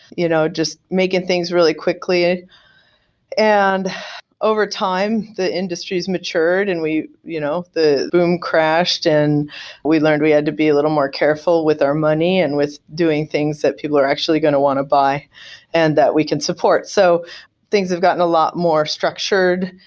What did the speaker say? you know just making things really quickly over time, the industry has matured and you know the boom crashed and we learned we had to be a little more careful with our money and with doing things that people are actually going to want to buy and that we can support. so things have gotten a lot more structured,